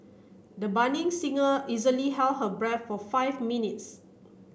the budding singer easily held her breath for five minutes